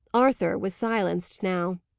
arthur was silenced now.